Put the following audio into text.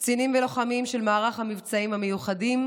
קצינים ולוחמים של מערך המבצעים המיוחדים,